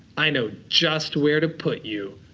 i know just where to put you,